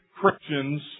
Christians